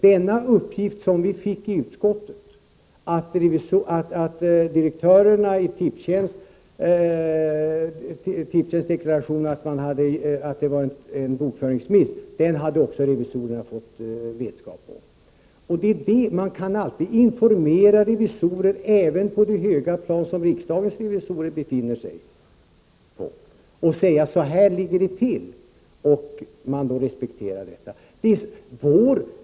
Denna uppgift som vi fick i utskottet — att direktörerna i Tipstjänst förklarade att det var en bokföringsmiss — hade också revisorerna fått vetskap om. Man kan alltid informera revisorer, även på det höga plan som riksdagens revisorer befinner sig på, och säga att så här ligger det till, och det bör då respekteras.